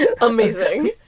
Amazing